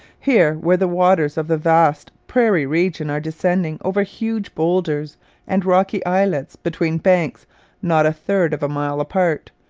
here, where the waters of the vast prairie region are descending over huge boulders and rocky islets between banks not a third of a mile apart,